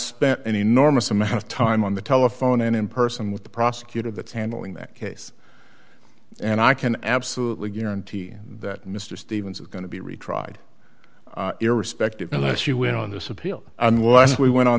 spent an enormous amount of time on the telephone and in person with the prosecutor that's handling that case and i can absolutely guarantee that mr stevens is going to be retried irrespective the less you win on this appeal unless we went on